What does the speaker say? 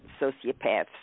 Sociopaths